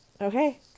Okay